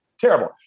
terrible